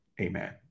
Amen